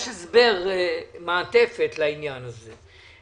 זה לא בסדר, אבל יש הסבר מעטפת לעניין הזה.